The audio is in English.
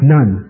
None